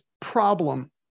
problem